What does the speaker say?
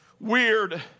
Weird